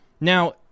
Now